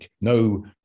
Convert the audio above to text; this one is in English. no